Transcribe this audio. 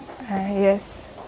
yes